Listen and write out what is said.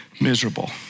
miserable